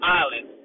island